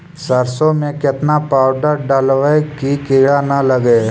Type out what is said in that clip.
सरसों में केतना पाउडर डालबइ कि किड़ा न लगे?